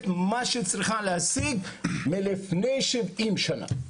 מה שהיא הייתה צריכה להשיג כבר לפני שבעים שנים.